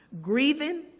grieving